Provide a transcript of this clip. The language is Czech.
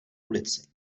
ulici